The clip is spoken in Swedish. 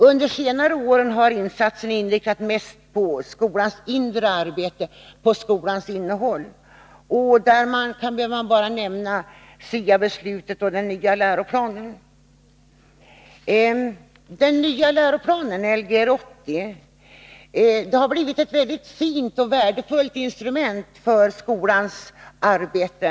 Under senare år har insatserna inriktats mest på skolans inre arbete, på skolans innehåll. Jag behöver bara nämna SIA beslutet och den nya läroplanen Lgr 80. Den nya läroplanen har blivit ett väldigt fint och värdefullt instrument för skolans arbete.